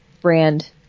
brand